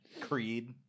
Creed